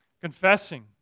Confessing